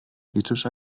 ethisch